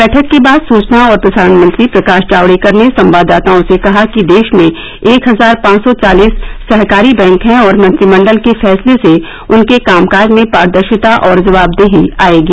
बैठक के बाद सूचना और प्रसारण मंत्री प्रकाश जावड़ेकर ने संवाददाताओं से कहा कि देश में एक हजार पांच सौ चालिस सहकारी बैंक हैं और मंत्रिमंडल के फैसले से उनके कामकाज में पारदर्शिता और जवाबदेही आयेगी